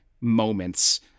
moments